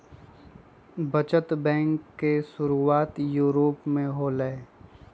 बचत बैंक के शुरुआत यूरोप में होलय